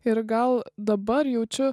ir gal dabar jaučiu